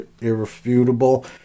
irrefutable